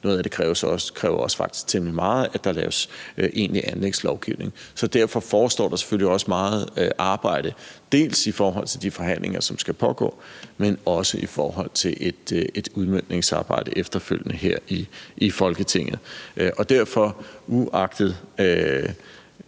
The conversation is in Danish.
Noget af det kræver så også temmelig meget, altså at der laves egentlig anlægslovslovgivning. Så derfor forestår der selvfølgelig også meget arbejde, dels i forhold til de forhandlinger, som skal pågå, dels i forhold til et udmøntningsarbejde efterfølgende her i Folketinget. Kl. 21:49 Uagtet